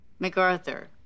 MacArthur